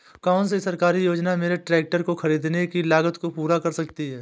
कौन सी सरकारी योजना मेरे ट्रैक्टर को ख़रीदने की लागत को पूरा कर सकती है?